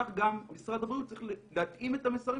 כך גם משרד הבריאות צריך להתאים את המסרים